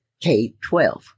K-12